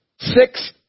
Six